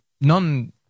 non